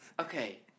Okay